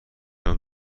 دارم